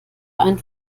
ein